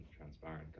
transparent